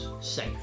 safe